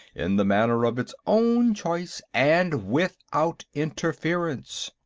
in the manner of its own choice and without interference.